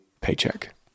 paycheck